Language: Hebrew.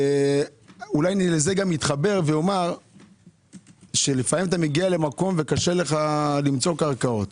זה גם מתחבר ואומר שלפעמים אתה מגיע למקום וקשה לך למצוא קרקעות.